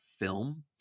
film